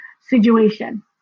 situation